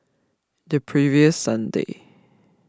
the previous Sunday